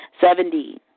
Seventy